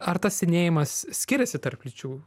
ar tas senėjimas skiriasi tarp lyčių